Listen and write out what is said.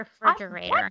refrigerator